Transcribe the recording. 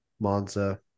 Monza